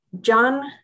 john